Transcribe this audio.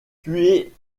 tué